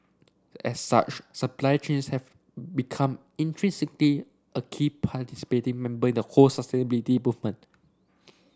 as such supply chains have become intrinsically a key participating member in the whole sustainability movement